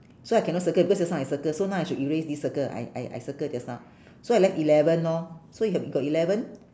so I cannot circle because just now I circle so now I should erase this circle I I I circle just now so I left eleven lor so you ha~ you got eleven